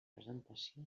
presentació